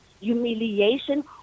humiliation